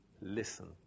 listen